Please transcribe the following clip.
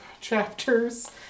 chapters